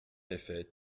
effet